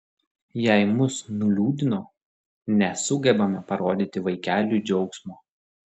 jei mus nuliūdino nesugebame parodyti vaikeliui džiaugsmo